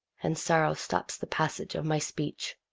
and sorrow stops the passage of my speech.